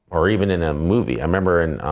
or even in a movie. i remember in